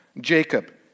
Jacob